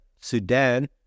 Sudan